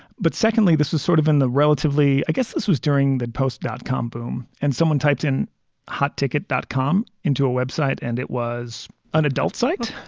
but secondly, this is sort of in the relatively i guess this was during the post dot com boom and someone typed in hot ticket dot com into a web site. and it was an adult site.